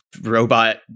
robot